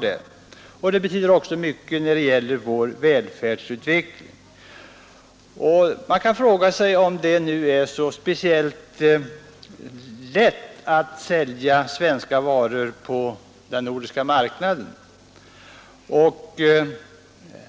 Den betyder också mycket när det gäller vår välfärdsutveckling. Är det nu så speciellt lätt att sälja svenska varor på den nordiska marknaden? På den